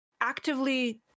actively